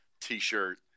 T-shirt